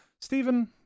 Stephen